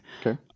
okay